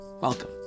Welcome